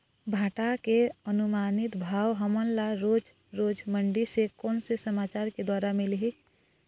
भांटा के अनुमानित भाव हमन ला रोज रोज मंडी से कोन से समाचार के द्वारा मिलही?